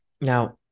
now